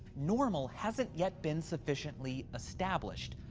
normal hasn't yet been sufficiently established.